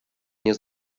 nie